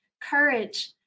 courage